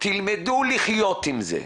תלמדו לחיות עם זה.